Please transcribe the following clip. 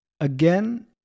Again